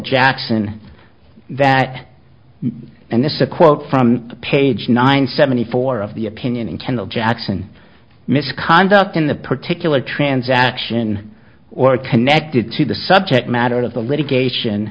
jackson that and this is a quote from page nine seventy four of the opinion in kendall jackson misconduct in the particular transaction or connected to the subject matter of the litigation